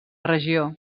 regió